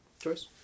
choice